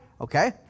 Okay